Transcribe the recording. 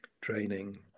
training